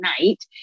night